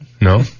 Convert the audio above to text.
No